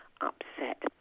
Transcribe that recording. upset